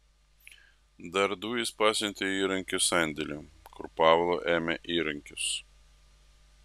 dar du jis pasiuntė į įrankių sandėlį kur pavlo ėmė įrankius